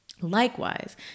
Likewise